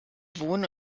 wohn